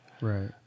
Right